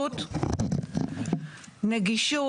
נגישות.